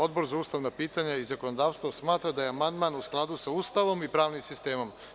Odbor za ustavna pitanja i zakonodavstvo smatra da je amandman u skladu sa Ustavom i pravnim sistemom.